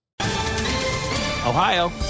Ohio